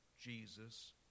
Jesus